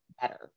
better